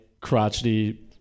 crotchety